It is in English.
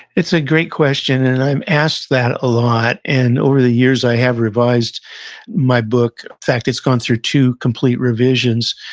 it's a great question and and i am asked that a lot. and over the years, i have revised my book, in fact, it's gone through to complete revisions.